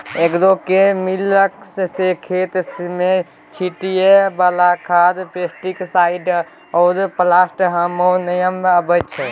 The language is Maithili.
एग्रोकेमिकल्स मे खेत मे छीटय बला खाद, पेस्टीसाइड आ प्लांट हार्मोन अबै छै